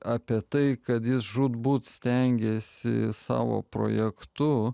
apie tai kad jis žūtbūt stengiasi savo projektu